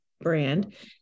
brand